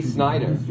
Snyder